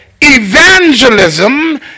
Evangelism